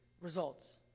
results